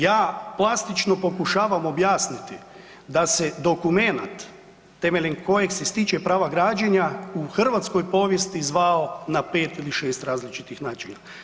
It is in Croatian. Ja plastično pokušavam objasniti da se dokumenat temeljem koje se stiče prava građenja u hrvatskoj povijesti zvao na pet ili šest različitih načina.